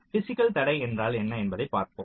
physical தடை என்றால் என்ன என்பதைப் பார்ப்போம்